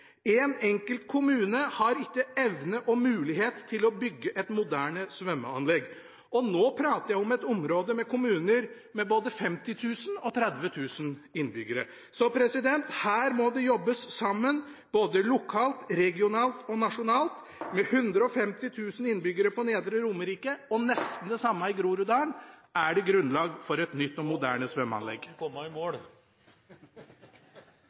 enkelt kommune har ikke evne og mulighet til å bygge et moderne svømmeanlegg – og nå prater jeg om kommuner med både 50 000 og 30 000 innbyggere. Så her må det jobbes sammen, både lokalt, regionalt og nasjonalt . Med 150 000 innbyggere på Nedre Romerike og nesten det samme i Groruddalen er det grunnlag for et nytt, moderne svømmeanlegg. Nå må representanten komme i mål